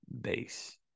base